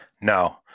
no